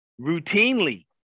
routinely